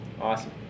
Awesome